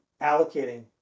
allocating